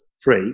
free